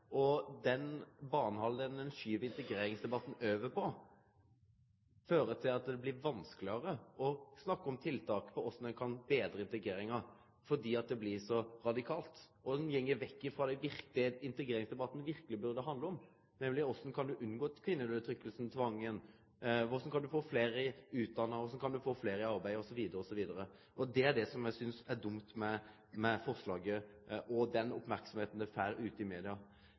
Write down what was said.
og den banehalvdelen ein skyv integreringsdebatten over på, fører til at det blir vanskelegare å snakke om tiltak for korleis ein kan betre integreringa, fordi det blir så radikalt. Ein går vekk frå det integreringsdebatten verkeleg burde handle om, nemleg korleis ein kan unngå kvinneundertrykkinga og tvangen, og korleis ein kan få fleire til å utdanne seg og få fleire i arbeid, osv. Det er det som eg synest er dumt med forslaget og den merksemda det får ute i media.